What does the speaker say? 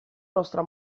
nostra